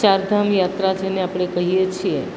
ચારધામ યાત્રા જેને આપણે કહીએ છીએ